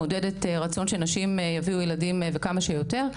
מעודדת רצון שנשים יביאו ילדים וכמה שיותר,